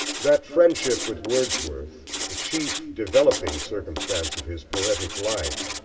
that friendship with wordsworth, the chief developing circumstance of his poetic life,